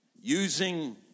Using